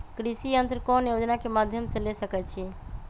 कृषि यंत्र कौन योजना के माध्यम से ले सकैछिए?